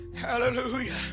Hallelujah